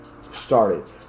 started